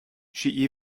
she